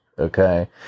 okay